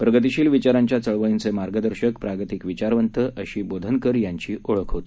प्रगतिशील विचारांच्या चळवळींचे मार्गदर्शक प्रागतिक विचारवंत अशी बोधनकर यांची ओळख होती